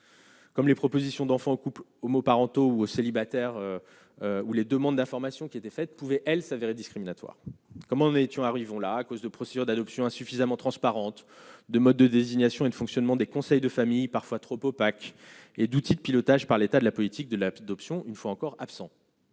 comme les propositions d'enfants couples homo parentaux célibataires ou les demandes d'informations qui était faite pouvait-elle s'avérer discriminatoire, comment n'étions arrivons la cause de procédure d'adoption insuffisamment transparente de modes de désignation et le fonctionnement des conseils de famille parfois trop opaques et d'outils de pilotage par l'état de la politique de l'adoption, une fois encore absent.